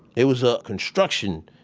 it was a construction,